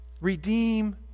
Redeem